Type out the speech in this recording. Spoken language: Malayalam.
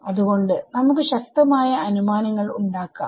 അത്കൊണ്ട് നമുക്ക് ശക്തമായ അനുമാനങ്ങൾ ഉണ്ടാക്കാം